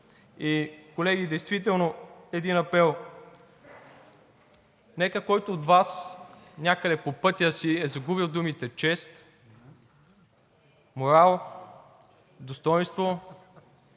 Колеги, действително един апел: нека, който от Вас някъде по пътя си е загубил думите „чест“, „морал“, „достойнство“,